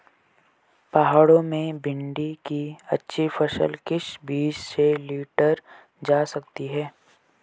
पहाड़ों में भिन्डी की अच्छी फसल किस बीज से लीटर जा सकती है?